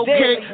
Okay